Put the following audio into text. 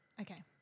Okay